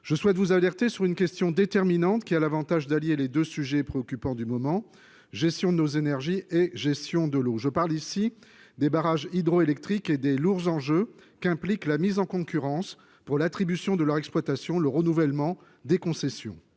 je souhaite vous alerter sur une question déterminante qui a l'avantage d'allier les deux sujets préoccupants du moment : gestion de nos énergies et gestion de l'eau. Je parle ici des barrages hydroélectriques et des lourds enjeux qu'impliquent la mise en concurrence pour l'attribution de leur exploitation et le renouvellement des concessions.